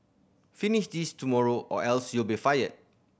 finish this tomorrow or else you'll be fired